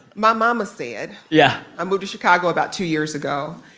my momma said. yeah? i moved to chicago about two years ago.